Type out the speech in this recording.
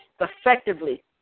effectively